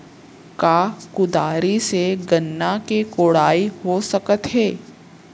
का कुदारी से गन्ना के कोड़ाई हो सकत हे?